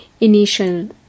initial